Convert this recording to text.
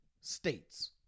states